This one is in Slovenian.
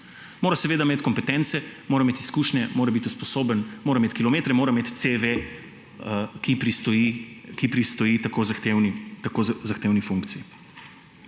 mora seveda imeti kompetence, mora imeti izkušnje, mora biti usposobljen, mora imeti kilometre, mora imeti CV, ki pristoji tako zahtevni funkciji.